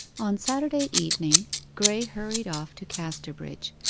on saturday evening graye hurried off to casterbridge,